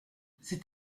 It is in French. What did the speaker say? c’est